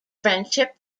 friendship